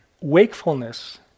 wakefulness